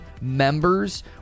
members